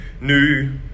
new